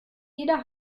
jeder